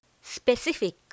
specific